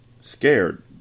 Scared